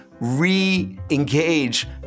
re-engage